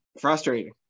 Frustrating